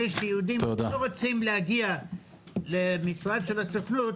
שיהודים שלא רוצים להגיע למשרד של הסוכנות,